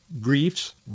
griefs